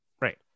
Right